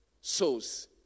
souls